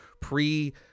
pre